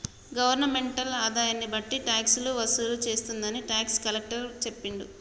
governmental ఆదాయన్ని బట్టి టాక్సులు వసూలు చేస్తుందని టాక్స్ కలెక్టర్ సెప్పిండు